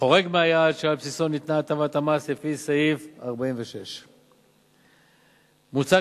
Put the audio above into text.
חורג מהיעד שעל בסיסו ניתנה הטבת המס לפי סעיף 46. מוצע,